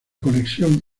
conexión